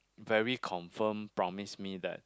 very confirm promise me that